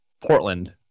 Portland